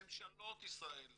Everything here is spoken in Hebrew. ממשלות ישראל.